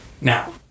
Now